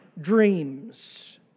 dreams